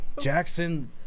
jackson